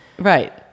Right